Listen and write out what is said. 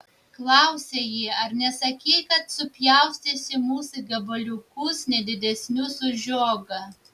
klausė jie ar nesakei kad supjaustysi mus į gabaliukus ne didesnius už žiogą